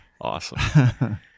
Awesome